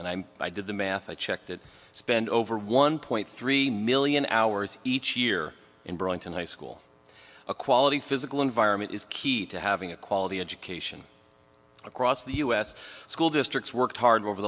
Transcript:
and i'm i did the math i checked it spend over one point three million hours each year in burlington high school a quality physical environment is key to having a quality education across the u s school districts worked hard over